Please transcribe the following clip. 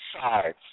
sides